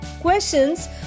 questions